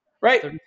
right